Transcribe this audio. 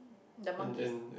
the monkeys